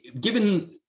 given